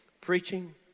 preaching